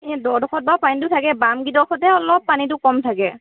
সেই দ' ডোখৰত বাৰু পানীটো থাকে বাম গিডখৰতহে অলপ পানীটো কম থাকে